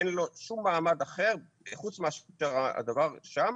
אין לו שום מעמד אחר חוץ מאשר הדבר שם.